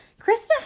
Krista